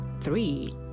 three